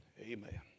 amen